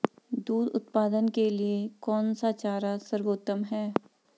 दूध उत्पादन के लिए कौन सा चारा सर्वोत्तम है?